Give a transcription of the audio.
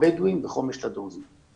לבדואים ותוכנית חומש לדרוזים.